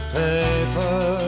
paper